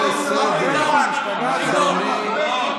הוא סג"מ צעיר.